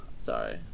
Sorry